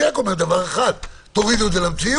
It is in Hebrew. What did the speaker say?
אני רק אומר דבר אחד: "תורידו את זה למציאות".